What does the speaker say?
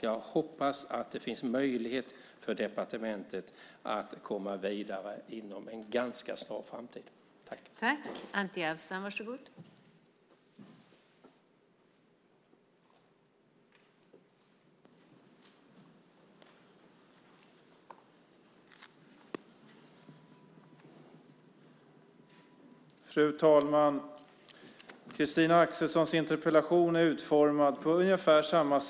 Jag hoppas att det finns möjligheter för departementet att inom en ganska snar framtid komma vidare.